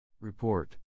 Report